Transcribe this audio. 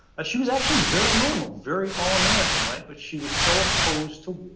ah she was actually very normal, very all american, right, but she was so opposed to